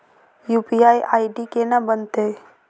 UPI ID केना बनतै?